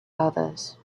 others